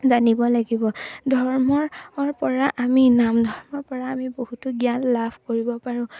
জানিব লাগিব ধৰ্মৰ পৰা আমি নাম ধৰ্মৰ পৰা আমি বহুতো জ্ঞান লাভ কৰিব পাৰোঁ